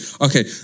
Okay